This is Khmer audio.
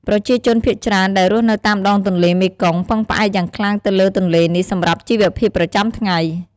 ប្រជាជនភាគច្រើនដែលរស់នៅតាមដងទន្លេមេគង្គពឹងផ្អែកយ៉ាងខ្លាំងទៅលើទន្លេនេះសម្រាប់ជីវភាពប្រចាំថ្ងៃ។